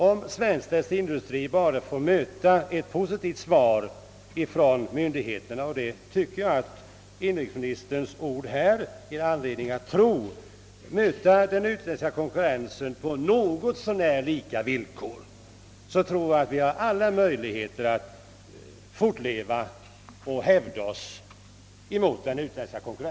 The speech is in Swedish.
Om svensk textilindustri bara får ett positivt stöd från myndigheterna — och inrikesministerns ord ger all anledning att tro det — att möta den utländska konkurrensen på något så när lika villkor har vi säkerligen möjligheter att fortleva och hävda oss på detta område.